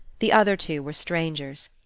the other two were strangers.